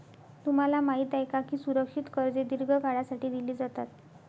तुम्हाला माहित आहे का की सुरक्षित कर्जे दीर्घ काळासाठी दिली जातात?